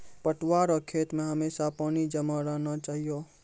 पटुआ रो खेत मे हमेशा पानी जमा रहना चाहिऔ